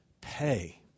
pay